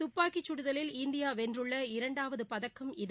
தப்பாக்கி கடுதலில் இந்தியா வென்றுள்ள இரண்டாவது பதக்கம் இது